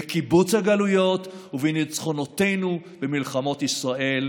בקיבוץ הגלויות ובניצחונותינו במלחמות ישראל,